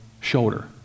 shoulder